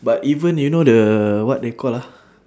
but even you know the what they call ah